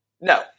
no